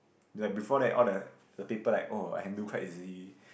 like before that all the the paper like oh I can do quite easily